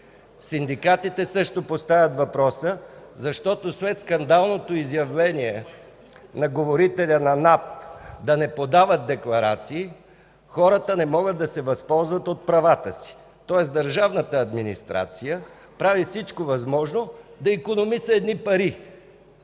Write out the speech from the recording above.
Синдикатите също поставят въпроса, защото след скандалното изявление на говорителя на Националната агенция за приходите да не подават декларации, хората не могат да се възползват от правата си, тоест държавната администрация прави всичко възможно да икономиса едни пари.